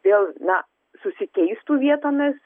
vėl na susikeistų vietomis